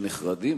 שנחרדים,